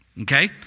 Okay